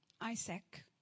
Isaac